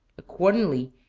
accordingly,